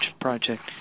project